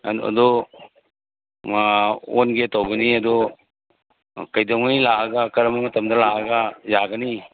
ꯑꯗꯨ ꯑꯣꯟꯒꯦ ꯇꯧꯕꯅꯤ ꯑꯗꯨ ꯀꯩꯗꯧꯉꯩ ꯂꯥꯛꯑꯒ ꯀꯔꯝꯕ ꯃꯇꯝꯗ ꯂꯥꯛꯑꯒ ꯌꯥꯒꯅꯤ